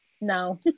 No